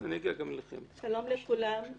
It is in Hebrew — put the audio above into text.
שלום לכולם.